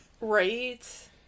right